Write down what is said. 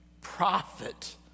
prophet